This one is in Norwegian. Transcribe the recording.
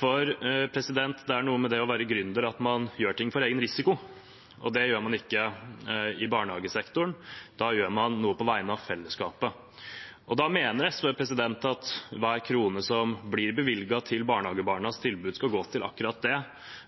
For det er noe med det å være gründer, at man gjør ting for egen risiko. Det gjør man ikke i barnehagesektoren, da gjør man noe på vegne av fellesskapet. Da mener SV at hver krone som blir bevilget til barnehagebarnas tilbud, skal gå til akkurat det